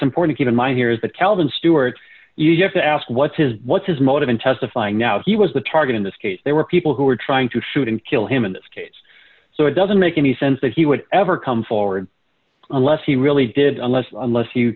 important keep in mind here is that calvin stewart you have to ask what's his what's his motive in testifying now he was the target in this case there were people who were trying to shoot and kill him in this case so it doesn't make any sense that he would ever come forward unless he really did unless unless